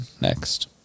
Next